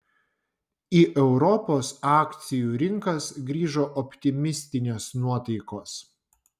į europos akcijų rinkas grįžo optimistinės nuotaikos